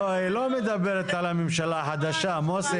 לא, היא לא מדברת על הממשלה החדשה, מוסי.